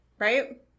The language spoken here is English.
Right